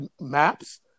Maps